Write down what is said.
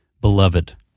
beloved